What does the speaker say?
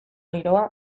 giroa